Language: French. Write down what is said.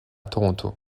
toronto